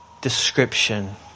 description